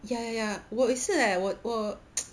ya ya ya 我也是 leh 我我